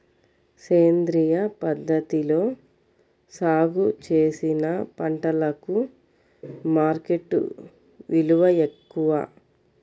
సేంద్రియ పద్ధతిలో సాగు చేసిన పంటలకు మార్కెట్ విలువ ఎక్కువ